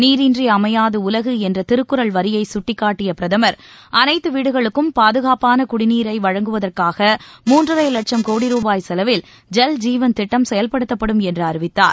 நீரின்றி அமையாது உலகு என்ற திருக்குறள் வரியை சுட்டிக்காட்டிய பிரதமர் அனைத்து வீடுகளுக்கும் பாதுனப்பான குடிநீரை வழங்குவதற்காக மூன்றரை லட்சம் கோடி ரூபாய் செலவில் ஜல் ஜீவன் திட்டம் செயல்படுத்தப்படும் என்று அறிவித்தார்